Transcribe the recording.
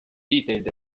detailed